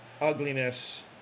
ugliness